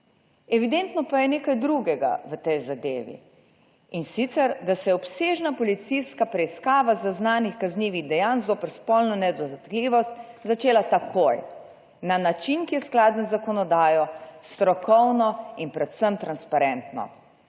Evidentno pa je nekaj drugega v tej zadevi, in sicer, da se je obsežna policijska preiskava zaznanih kaznivih dejanj zoper spolno nedotakljivost začela takoj, na način, ki je skladen z zakonodajo, strokovno in predvsem transparentno.